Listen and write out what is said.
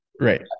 Right